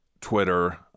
Twitter